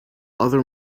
other